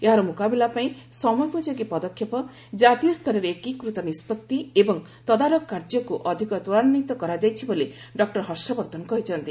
ଏହାର ମୁକାବିଲା ପାଇଁ ସମୟୋପଯୋଗୀ ପଦକ୍ଷେପ ଜାତୀୟ ସ୍ତରରେ ଏକୀକୃତ ନିଷ୍ପତ୍ତି ଏବଂ ତଦାରଖ କାର୍ଯ୍ୟକୁ ଅଧିକ ତ୍ୱରାନ୍ଧିତ କରାଯାଇଛି ବୋଲି ଡକ୍ଟର ହର୍ଷବର୍ଦ୍ଧନ କହିଛନ୍ତି